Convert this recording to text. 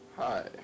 hi